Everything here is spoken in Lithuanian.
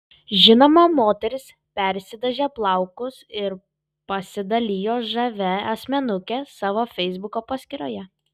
žinoma moteris persidažė plaukus ir pasidalijo žavia asmenuke savo feisbuko paskyroje